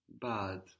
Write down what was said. Bad